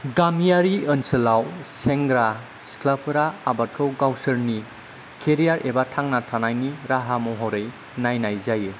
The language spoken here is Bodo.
गामियारि ओनसोलाव सेंग्रा सिख्लाफोरा आबादखौ गावसोरनि केरियार एबा थांना थानायनि राहा महरै नायनाय जायो